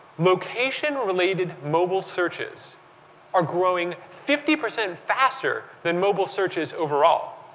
location-relate ed mobile searches are growing fifty percent faster than mobile searches overall,